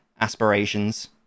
aspirations